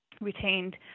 retained